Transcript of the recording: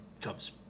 comes